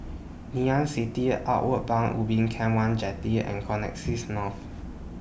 Ngee Ann City Outward Bound Ubin Camp one Jetty and Connexis North